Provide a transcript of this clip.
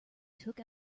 took